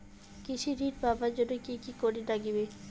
কৃষি ঋণ পাবার জন্যে কি কি করির নাগিবে?